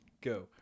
go